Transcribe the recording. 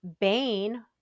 Bane